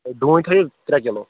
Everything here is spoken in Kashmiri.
ڈوٗنۍ تھٲیِو ترٛےٚ کِلوٗ